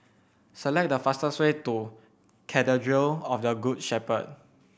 select the fastest way to Cathedral of the Good Shepherd